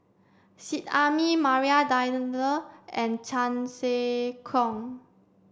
Seet Ai Mee Maria and Chan Sek Keong